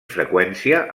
freqüència